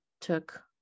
took